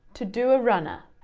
to do a runner.